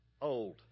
Old